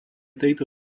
tejto